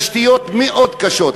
התשתיות מאוד קשות,